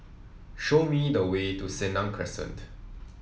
show me the way to Senang Crescent